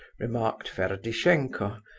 remarked ferdishenko,